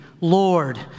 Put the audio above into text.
Lord